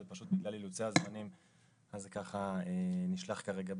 פשוט בגלל אילוצי הזמנים זה ככה נשלח כרגע בלי.